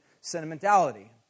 sentimentality